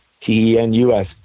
T-E-N-U-S